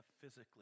physically